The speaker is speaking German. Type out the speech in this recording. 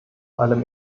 allem